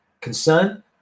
concern